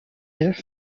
dans